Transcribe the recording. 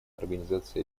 организации